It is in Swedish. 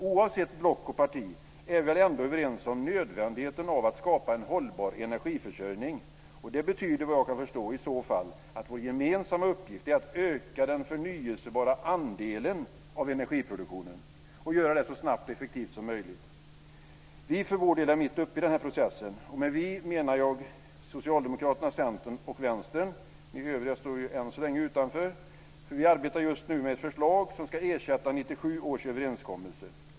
Oavsett block och parti är vi väl ändå överens om nödvändigheten av att skapa en hållbar energiförsörjning, och det betyder vad jag kan förstå i så fall att vår gemensamma uppgift är att öka den förnyelsebara andelen av energiproduktionen och göra det så snabbt och effektivt som möjligt. Vi för vår del är mitt uppe i den här processen, och med "vi" menar jag Socialdemokraterna, Centern och Vänstern. Ni övriga står ju än så länge utanför. Vi arbetar just nu med ett förslag som ska ersätta 1997 års överenskommelse.